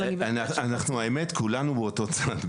אבל אני --- האמת שאנחנו כולנו באותו צדק,